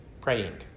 praying